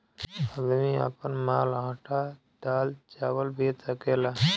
आदमी आपन माल आटा दाल चावल बेच सकेला